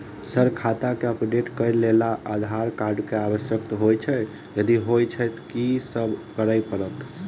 Sir खाता केँ update करऽ लेल आधार कार्ड केँ आवश्यकता होइ छैय यदि होइ छैथ की सब करैपरतैय?